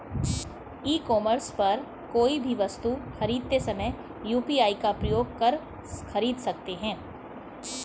ई commerce पर कोई भी वस्तु खरीदते समय यू.पी.आई का प्रयोग कर खरीद सकते हैं